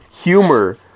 humor